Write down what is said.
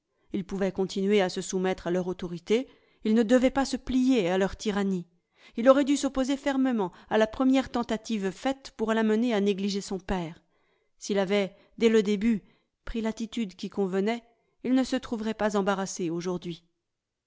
il pouvait continuer à se soumettre à leur autorité il ne devait pas se plier à leur tyrannie il aurait dû s'opposer fermement à la première tentative faite pour l'amener à négliger son père s'il avait dès le début pris l'attitude qui convenait il ne se trouverait pas embarrassé aujourd'hui